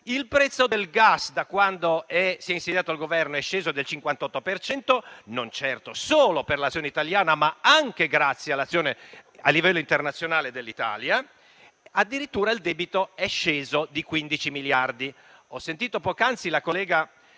il prezzo del gas, da quando si è insediato il Governo, è sceso del 58 per cento, non certo solo per l'azione italiana, ma anche grazie all'azione dell'Italia a livello internazionale. Addirittura il debito è sceso di 15 miliardi. Ho sentito poc'anzi la collega